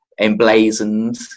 emblazoned